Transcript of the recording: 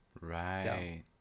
Right